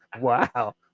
Wow